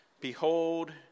Behold